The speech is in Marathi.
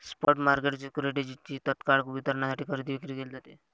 स्पॉट मार्केट सिक्युरिटीजची तत्काळ वितरणासाठी खरेदी विक्री केली जाते